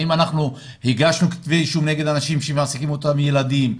האם אנחנו הגשנו כתבי אישום נגד אנשים שמעסיקים את אותם ילדים?